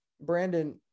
Brandon